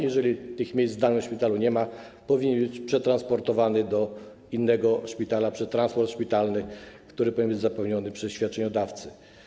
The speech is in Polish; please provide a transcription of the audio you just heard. Jeżeli takich miejsc w danym szpitalu nie ma, pacjent powinien być przetransportowany do innego szpitala przez transport szpitalny, który powinien być zapewniony przez świadczeniodawcę.